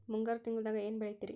ಮುಂಗಾರು ತಿಂಗಳದಾಗ ಏನ್ ಬೆಳಿತಿರಿ?